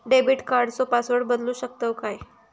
Debit कार्डचो password बदलु शकतव काय?